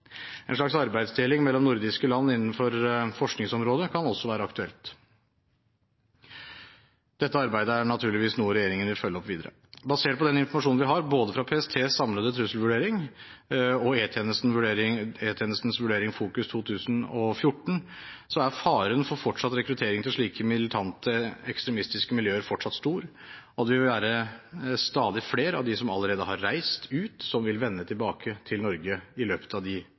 En slags arbeidsdeling mellom nordiske land innenfor forskningsområdet kan også være aktuelt. Dette arbeidet er naturligvis noe regjeringen vil følge opp videre. Basert på den informasjonen vi har, både fra PSTs samlede trusselvurdering og E-tjenestens vurdering Fokus 2014, er faren for rekruttering til slike militante ekstremistiske miljøer fortsatt stor, og det vil være stadig flere av dem som allerede har reist ut, som vil vende tilbake til Norge i løpet av